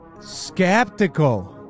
Skeptical